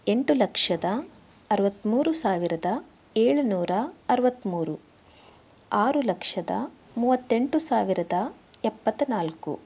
ಎಂಟು ಲಕ್ಷದ ಅರುವತ್ತಮೂರು ಸಾವಿರದ ಏಳು ನೂರ ಅರುವತ್ತಮೂರು ಆರು ಲಕ್ಷದ ಮೂವತ್ತೆಂಟು ಸಾವಿರದ ಎಪ್ಪತ್ತನಾಲ್ಕು